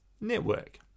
network